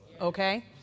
Okay